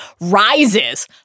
rises